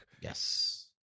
yes